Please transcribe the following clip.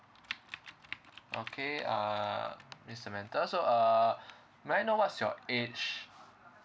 okay uh miss samantha so uh may I know what's your age